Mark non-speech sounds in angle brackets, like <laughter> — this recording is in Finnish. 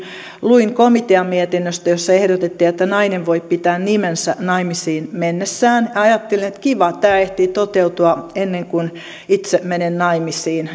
luin komiteamietintöä jossa ehdotettiin että nainen voi pitää nimensä naimisiin mennessään ja ajattelin että kiva tämä ehtii toteutua ennen kuin itse menen naimisiin <unintelligible>